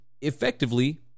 effectively